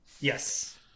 Yes